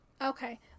okay